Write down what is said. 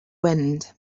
wind